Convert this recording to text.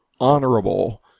honorable